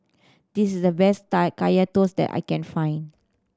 this is the best Kaya Toast that I can find